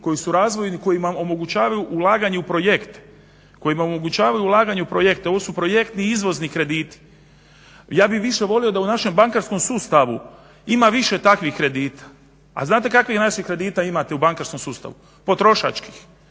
koji su razvojni, kojima omogućavaju ulaganje u projekte. Ovo su projekti i izvozni krediti. Ja bih više volio da u našem bankarskom sustavu ima više takvih kredita. A znate kakvih naših kredita imate u bankarskom sustavu? Potrošačkih